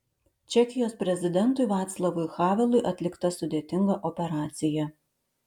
čekijos prezidentui vaclavui havelui atlikta sudėtinga operacija